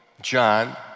John